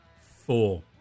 four